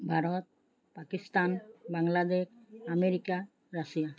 Bharat Pakistan Bangladesh America Russia